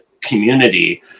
community